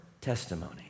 testimony